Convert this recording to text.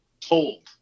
told